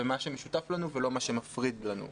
אחר מה שמשותף לנו ולא מה שמפריד בינינו.